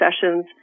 sessions